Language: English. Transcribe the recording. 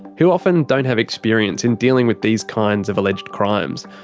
who often don't have experience in dealing with these kinds of alleged crimes.